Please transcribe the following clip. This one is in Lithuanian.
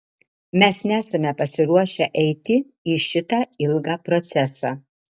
mes nesame pasiruošę eiti į šitą ilgą procesą